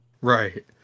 Right